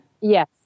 Yes